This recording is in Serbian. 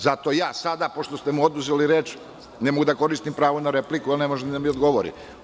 Zato sada, pošto ste mu oduzeli reč, ne mogu da koristim pravo na repliku, a ne može ni da mi odgovori.